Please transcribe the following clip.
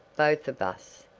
both of us.